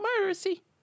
mercy